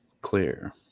clear